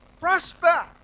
prosper